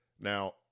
Now